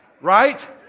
right